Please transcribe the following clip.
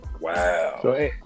wow